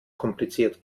kompliziert